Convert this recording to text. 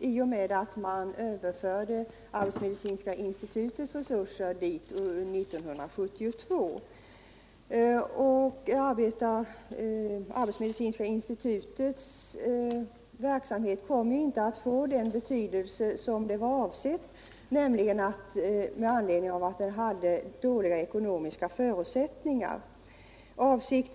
Torsdagen den med att man 1972 överförde arbetsmedicinska institutets resurser dit. 1 juni 1978 Arbetsmedicinska institutets verksamhet kom på grund av att institutet hade dåliga ekonomiska förutsättningar inte att få den betydelse som var avsedd.